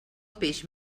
peix